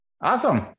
Awesome